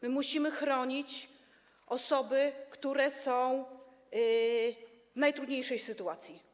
Musimy chronić osoby, które są w najtrudniejszej sytuacji.